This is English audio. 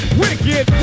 wicked